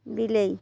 ବିଲେଇ